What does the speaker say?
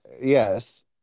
yes